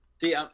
See